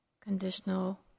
conditional